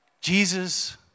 Jesus